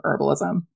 herbalism